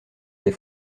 des